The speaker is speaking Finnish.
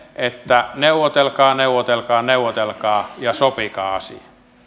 että neuvotelkaa neuvotelkaa neuvotelkaa ja sopikaa asia